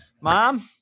Mom